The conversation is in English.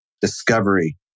Discovery